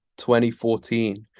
2014